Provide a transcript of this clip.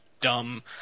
dumb